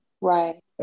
right